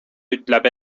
ütleb